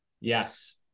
Yes